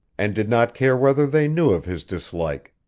and did not care whether they knew of his dislike.